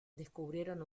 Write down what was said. descubrieron